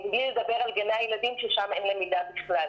מבלי לדבר על גני הילדים ששם אין למידה בכלל.